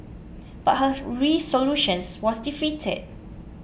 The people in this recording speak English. but her resolutions was defeated